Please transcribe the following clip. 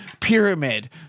Pyramid